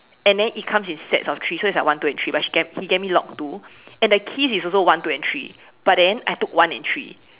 and then it comes in sets of three so is like one two and three but he gave me lock two and that keys is also one two and three but then I took one and three